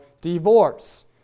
divorce